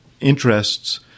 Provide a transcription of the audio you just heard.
interests